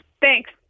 Thanks